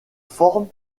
forme